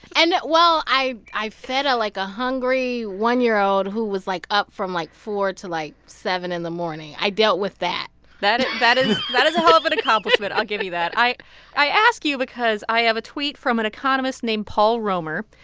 and, well, i i fed, like, a hungry one year old who was, like, up from, like, four to, like, seven in the morning. i dealt with that that that is a hell of an accomplishment. i'll give you that. i i ask you because i have a tweet from an economist named paul romer.